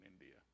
India